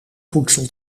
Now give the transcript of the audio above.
voedsel